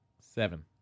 seven